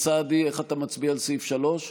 גם בממשלה יש אפידמיולוגים גדולים.